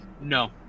No